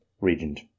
regent